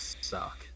suck